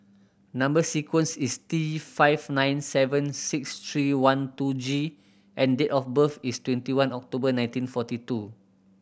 number sequence is T five nine seven six three one two G and date of birth is twenty one October nineteen forty two